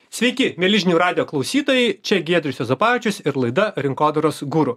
sveiki mieli žinių radijo klausytojai čia giedrius juozapavičius ir laida rinkodaros guru